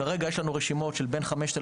כרגע יש לנו רשימות של בין 5,000